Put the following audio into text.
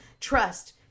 Trust